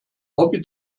hobby